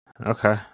Okay